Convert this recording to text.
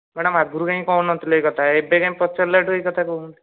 madam ଆଗରୁ କାଇଁ କହୁନଥିଲେ ଏଇ କଥା ଏବେ କାଇଁ ପଚାରିଲା ଠାରୁ ଏଇ କଥା କହୁଛନ୍ତି